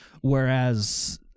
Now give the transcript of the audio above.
whereas